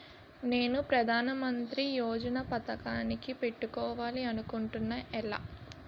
నేను ప్రధానమంత్రి యోజన పథకానికి పెట్టుకోవాలి అనుకుంటున్నా ఎలా?